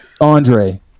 Andre